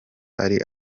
ari